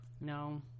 No